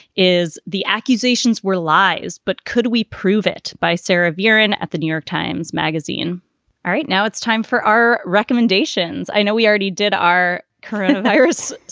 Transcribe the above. is the accusations were lies. but could we prove it? by sarah viren at the new york times magazine all right. now it's time for our recommendations. i know we already did our current harris